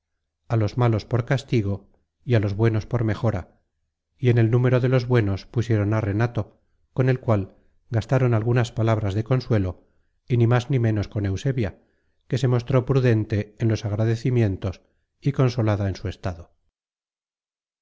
á los malos por castigo y á los buenos por mejora y en el número de los buenos pusieron á renato con el cual gastaron algunas palabras de consuelo y ni más ni ménos con eusebia que se mostró prudente en los agradecimientos y consolada en su estado